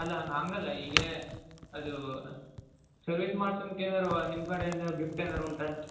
ಅಲ್ಲ ಹಾಗಲ್ಲ ಈಗ ಅದು ಸರ್ವೀಸ್ ಮಾಡ್ಸುಮ್ಕ್ ಏನಾದ್ರು ನಿಮ್ಮ ಕಡೆಯಿಂದ ಗಿಫ್ಟ್ ಏನಾದ್ರು ಉಂಟಾ ಅಂತ